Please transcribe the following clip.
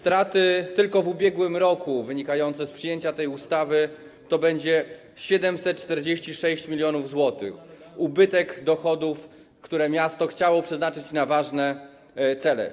Tylko w ubiegłym roku straty wynikające z przyjęcia tej ustawy to będzie 746 mln zł - ubytek dochodów, które miasto chciało przeznaczyć na ważne cele.